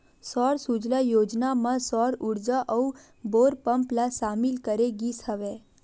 सौर सूजला योजना म सौर उरजा अउ बोर पंप ल सामिल करे गिस हवय